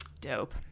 Dope